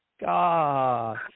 god